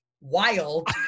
wild